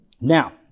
Now